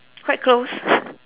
quite close